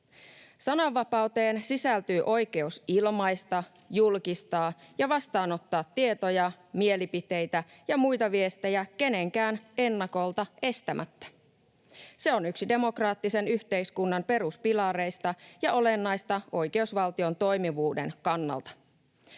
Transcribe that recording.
Sananvapauteen sisältyy oikeus ilmaista, julkistaa ja vastaanottaa tietoja, mielipiteitä ja muita viestejä kenenkään ennakolta estämättä. Se on yksi demokraattisen yhteiskunnan peruspilareista ja olennaista oikeusvaltion toimivuuden kannalta.